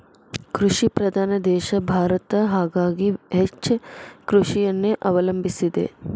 ಕೃಷಿ ಪ್ರಧಾನ ದೇಶ ಭಾರತ ಹಾಗಾಗಿ ಹೆಚ್ಚ ಕೃಷಿಯನ್ನೆ ಅವಲಂಬಿಸಿದೆ